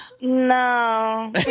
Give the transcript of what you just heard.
no